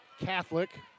Catholic